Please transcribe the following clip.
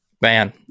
Man